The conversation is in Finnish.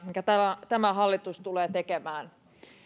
minkä tämä tämä hallitus tulee tekemään